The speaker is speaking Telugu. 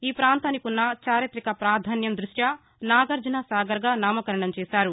ఈ ప్రాంతానికున్న చారిత్రక ప్రాధాన్యం దృష్ట్యి నాగర్జనసాగర్గా నామకణం చేశారు